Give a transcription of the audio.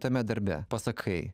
tame darbe pasakai